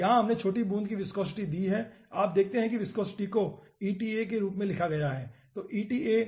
यहां हमने छोटी बूंद की विस्कोसिटी दी है आप देखते हैं कि विस्कोसिटी को eta के रूप में लिखा गया है ठीक है